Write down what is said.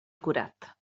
curat